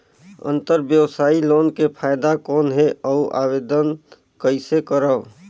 अंतरव्यवसायी लोन के फाइदा कौन हे? अउ आवेदन कइसे करव?